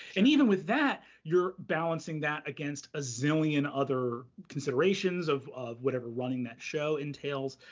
and even with that, you're balancing that against a zillion other considerations of of whatever running that show entails.